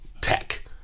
tech